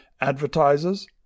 Advertisers